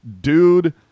Dude